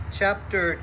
chapter